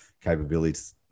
capabilities